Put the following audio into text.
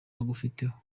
agufiteho